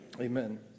Amen